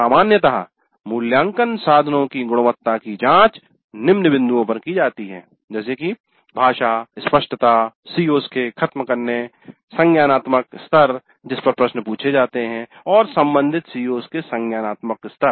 सामान्यतः मूल्यांकन साधनों की गुणवत्ता की जांच निम्न बिन्दुओं पर की जाती है जैसे की भाषा स्पष्टता CO's के खत्म करने संज्ञानात्मक स्तर जिस पर प्रश्न पूछे जाते हैं और संबंधित CO's के संज्ञानात्मक स्तर